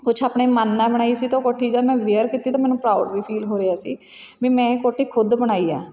ਕੁਛ ਆਪਣੇ ਮਨ ਨਾਲ ਬਣਾਈ ਸੀ ਅਤੇ ਉਹ ਕੋਟੀ ਜਦ ਮੈਂ ਵੇਅਰ ਕੀਤੀ ਤਾਂ ਮੈਨੂੰ ਪ੍ਰਾਊਡ ਵੀ ਫੀਲ ਹੋ ਰਿਹਾ ਸੀ ਵੀ ਮੈਂ ਇਹ ਕੋਟੀ ਖੁਦ ਬਣਾਈ ਆ